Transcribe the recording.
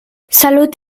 salut